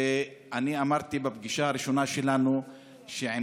ואני אמרתי בפגישה הראשונה שלנו שעם